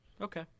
Okay